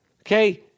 Okay